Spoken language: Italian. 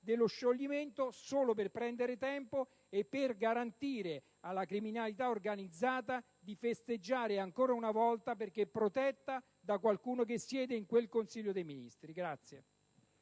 dello scioglimento solo per prendere tempo e per garantire alla criminalità organizzata di festeggiare ancora una volta, perché protetta da qualcuno che siede in quel Consiglio dei ministri.